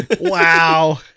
Wow